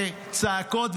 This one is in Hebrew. בצעקות,